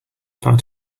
part